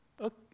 okay